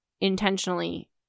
intentionally